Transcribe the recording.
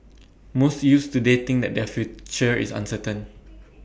most youths today think that their future is uncertain